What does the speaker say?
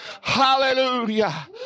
Hallelujah